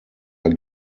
are